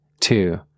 two